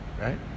right